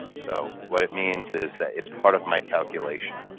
so what it means is that it's part of my calculation.